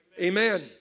Amen